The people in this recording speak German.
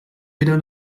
wieder